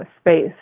space